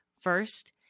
first